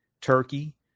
Turkey